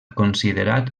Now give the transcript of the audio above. considerat